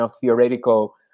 theoretical